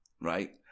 right